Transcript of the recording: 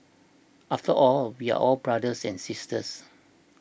after all we are all brothers and sisters